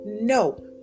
No